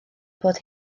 bod